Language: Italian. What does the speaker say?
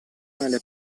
nelle